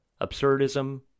absurdism